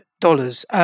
dollars